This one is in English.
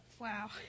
Wow